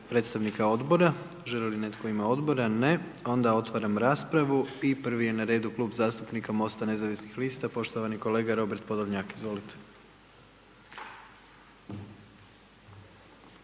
predstavnika odbora. Želi li netko u ime odbora? Ne. Onda otvaram raspravu i prvi je na redu Klub zastupnika MOST-a nezavisnih lista i poštovani kolega Robert Podolnjak, izvolite.